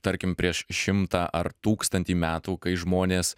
tarkim prieš šimtą ar tūkstantį metų kai žmonės